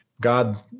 god